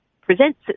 presents